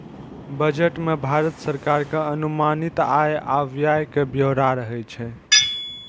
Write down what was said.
budget मे भारत सरकार के अनुमानित आय आ व्यय के ब्यौरा रहै छै